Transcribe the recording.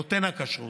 נותן הכשרות,